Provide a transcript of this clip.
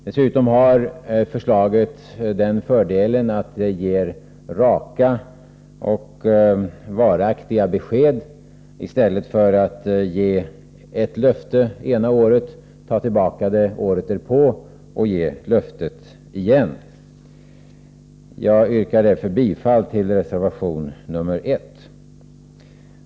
Dessutom har förslaget den fördelen att man ger raka och varaktiga besked istället för att man ger ett löfte det ena året, tar tillbaka det året därpå och ger löftet på nytt det tredje året. Jag yrkar därför bifall till reservation 1.